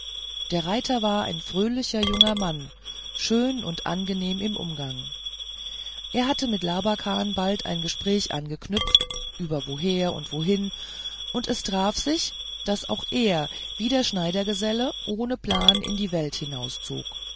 der reiter war ein fröhlicher junger mann schön und angenehm im umgang er hatte mit labakan bald ein gespräch angeknüpft über woher und wohin und es traf sich daß auch er wie der schneidergeselle ohne plan in die welt hinauszog